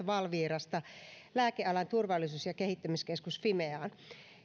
valvirasta lääkealan turvallisuus ja kehittämiskeskus fimeaan